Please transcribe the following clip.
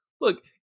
Look